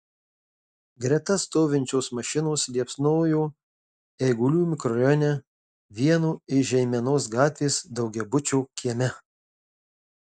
greta stovinčios mašinos liepsnojo eigulių mikrorajone vieno iš žeimenos gatvės daugiabučio kieme